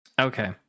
Okay